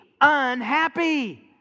unhappy